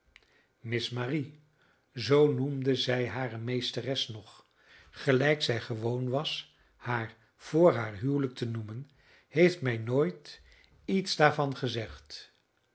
miss marie zoo noemde zij hare meesteres nog gelijk zij gewoon was haar vr haar huwelijk te noemen heeft mij nooit iets daarvan gezegd